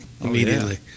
immediately